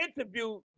interview